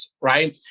right